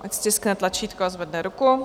Ať stiskne tlačítko a zvedne ruku.